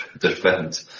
defend